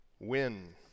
win